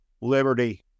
Liberty